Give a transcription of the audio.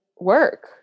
work